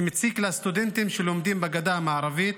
שמציק לסטודנטים שלומדים בגדה המערבית,